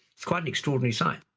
it's quite an extraordinary sign.